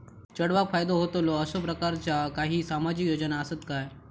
चेडवाक फायदो होतलो असो प्रकारचा काही सामाजिक योजना असात काय?